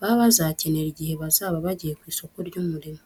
baba bazakenera igihe bazaba bagiye ku isoko ry'umurimo.